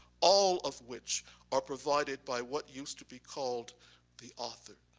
all of which are provided by what used to be called the author,